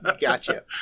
Gotcha